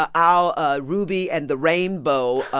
ah our ah ruby and the rainbow ah